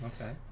Okay